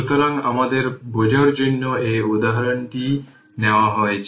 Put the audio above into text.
সুতরাং আমাদের বোঝার জন্য এই উদাহরণটিই নেওয়া হয়েছে